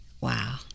Wow